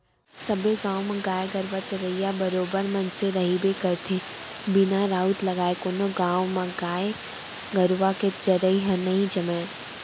सबे गाँव म गाय गरुवा चरइया बरोबर मनसे रहिबे करथे बिना राउत लगाय कोनो गाँव म गाय गरुवा के चरई ह नई जमय